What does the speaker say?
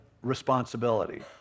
responsibility